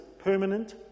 permanent